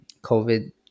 covid